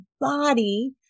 body